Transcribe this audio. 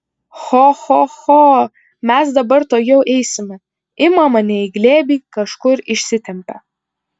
cho cho cho mes dabar tuojau eisime ima mane į glėbį kažkur išsitempia